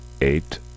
eight